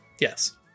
yes